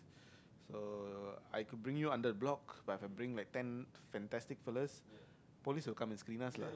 uh I could bring you under the block but if I bring like ten fantastic fellas police will come and screen us lah